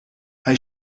hij